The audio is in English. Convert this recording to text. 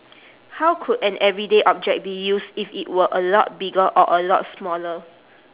how could an everyday object be used if it were a lot bigger or a lot smaller